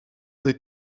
des